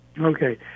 Okay